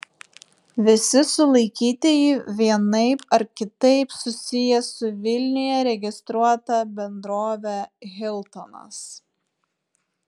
visi sulaikytieji vienaip ar kitaip susiję su vilniuje registruota bendrove hiltonas